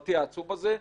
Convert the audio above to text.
החברתי העצום הזה.